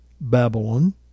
Babylon